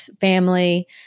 family